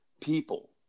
people